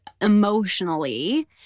emotionally